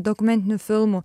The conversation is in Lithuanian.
dokumentiniu filmu